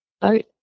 boat